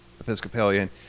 Episcopalian